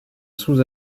sous